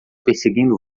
perseguindo